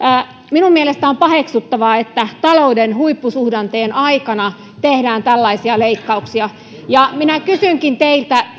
minun mielestäni on paheksuttavaa että talouden huippusuhdanteen aikana tehdään tällaisia leikkauksia minä kysynkin teiltä